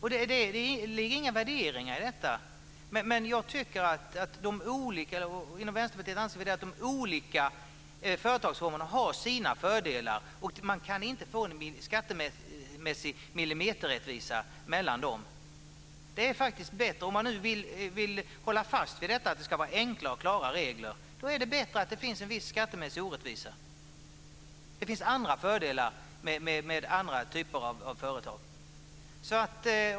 Det är inga värderingar i detta. Vi inom Vänsterpartiet anser att de olika företagsformerna har sina fördelar. Man kan inte få en skattemässig millimeterrättvisa mellan dem. Om man vill hålla fast vid att det ska vara enkla och klara regler är det bättre att det finns en skattemässig orättvisa. Det finns andra fördelar med andra typer av företag.